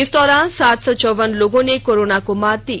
इस दौरान सात सौ चौवन लोगों ने कोरोना को मात दी